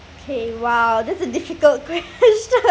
okay !wow! this is a difficult question